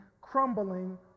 crumbling